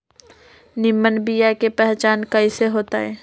निमन बीया के पहचान कईसे होतई?